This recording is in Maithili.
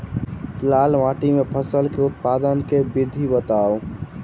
लाल माटि मे फसल केँ उत्पादन केँ विधि बताऊ?